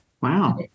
wow